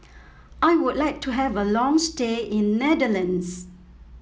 I would like to have a long stay in Netherlands